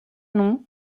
nom